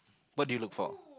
what do you look for